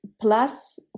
plus